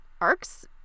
arcs